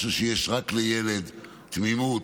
משהו שיש רק לילד, תמימות,